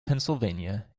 pennsylvania